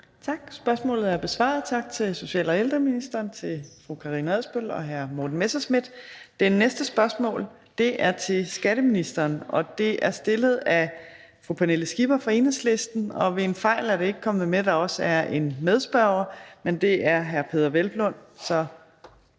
Tak. Spørgsmålet er besvaret. Tak til social- og ældreministeren og til fru Karina Adsbøl og hr. Morten Messerschmidt. Det næste spørgsmål er til skatteministeren, og det er stillet af fru Pernille Skipper fra Enhedslisten. Og ved en fejl er det ikke kommet med, at der også er en medspørger, men det er hr. Peder Hvelplund.